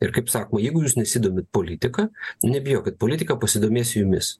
ir kaip sako jeigu jūs nesidomit politika nebijokit politika pasidomės jumis